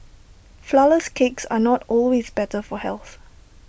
Flourless Cakes are not always better for health